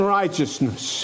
righteousness